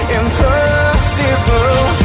impossible